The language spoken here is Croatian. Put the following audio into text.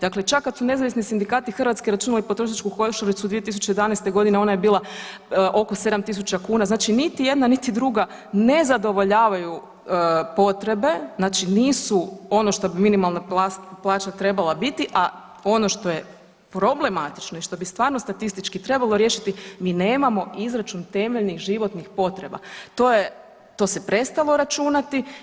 Dakle, čak kad su nezavisni sindikati Hrvatske računali potrošačku košaricu 2011.g. ona je bila oko 7.000 kuna znači niti jedna niti druga ne zadovoljavaju potrebe, znači nisu ono što bi minimalne plaća trebala biti, a ono što je problematično i što bi stvarno statistički trebalo riješiti mi nemamo izračun temeljnih životnih potreba, to se prestalo računati.